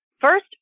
First